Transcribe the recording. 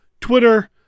Twitter